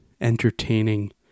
entertaining